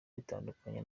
ritandukanye